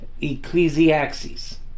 Ecclesiastes